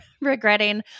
regretting